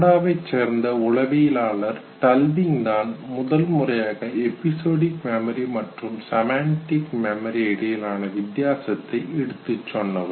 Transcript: கனடாவைச் சேர்ந்த உளவியலாளர் டல்விங் தான் முதன் முறையாக எபிசொடிக் மெம்ரி மற்றும் செமண்டிக் மெமரி இடையிலான வித்தியாசத்தை எடுத்துச் சொன்னவர்